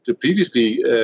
previously